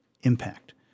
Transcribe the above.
impact